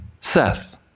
Seth